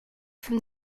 from